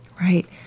Right